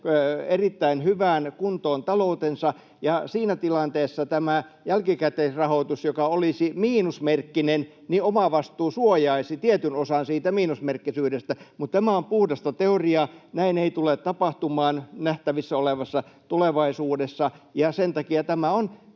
erittäin hyvään kuntoon taloutensa. Siinä tilanteessa, että tämä jälkikäteisrahoitus olisi miinusmerkkinen, omavastuu suojaisi tietyn osan siitä miinusmerkkisyydestä, mutta tämä on puhdasta teoriaa — näin ei tule tapahtumaan nähtävissä olevassa tulevaisuudessa. Sen takia tämä on